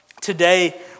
today